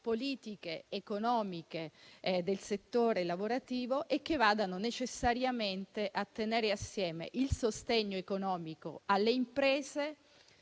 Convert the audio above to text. politiche economiche del settore lavorativo e che necessariamente tengano assieme il sostegno economico alle imprese.